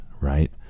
right